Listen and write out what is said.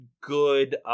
good